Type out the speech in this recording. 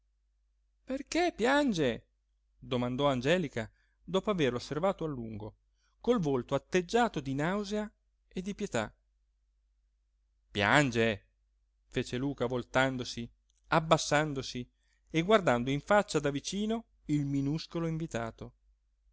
perché piange domandò angelica dopo averlo osservato a lungo col volto atteggiato di nausea e di pietà piange fece luca voltandosi abbassandosi e guardando in faccia da vicino il minuscolo invitato